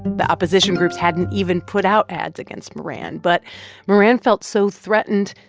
the opposition groups hadn't even put out ads against moran. but moran felt so threatened,